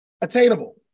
Attainable